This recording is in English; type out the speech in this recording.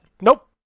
nope